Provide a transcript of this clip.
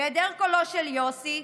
בהיעדר קולו של יוסי,